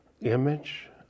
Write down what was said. image